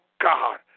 God